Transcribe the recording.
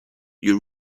you